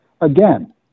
Again